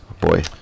Boy